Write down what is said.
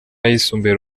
ayisumbuye